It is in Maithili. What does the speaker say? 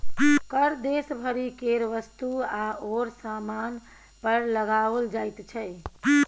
कर देश भरि केर वस्तु आओर सामान पर लगाओल जाइत छै